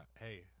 Hey